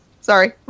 Sorry